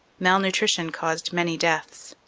malnutri tion caused many deaths.